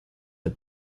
the